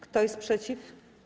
Kto jest przeciw?